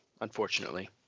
unfortunately